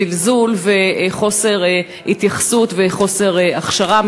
זלזול וחוסר התייחסות וחוסר הכשרה.